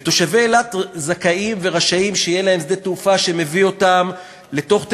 ותושבי אילת זכאים ורשאים שיהיה להם שדה תעופה שמביא אותם לתוך תל-אביב,